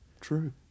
True